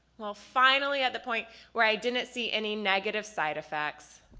well finally at the point where i didn't see any negative side-effects